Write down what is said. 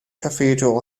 cathedral